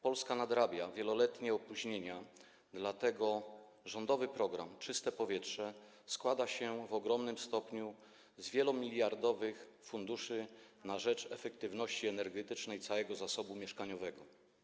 Polska nadrabia wieloletnie opóźnienia, dlatego rządowy program „Czyste powietrze” składa się w ogromnym stopniu z wielomiliardowych funduszy na rzecz efektywności energetycznej całego zasobu mieszkaniowego.